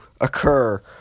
occur